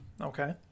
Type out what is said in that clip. Okay